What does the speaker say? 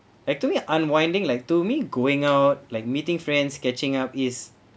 I told you unwinding like to me going out like meeting friends catching up is